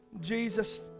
Jesus